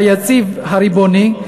היציב והריבוני,